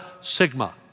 sigma